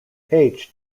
page